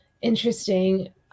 interesting